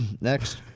Next